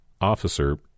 officer